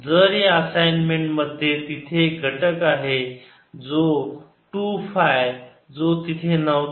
तर या असाइनमेंट मध्ये तिथे एक घटक आहे जो 2 फाय जो तिथे नव्हता